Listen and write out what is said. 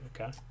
okay